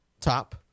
top